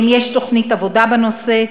האם יש תוכנית עבודה בנושא,